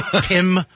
Pim